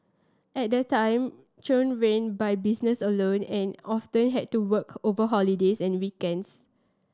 at that time Chung ran by business alone and often had to work over holidays and weekends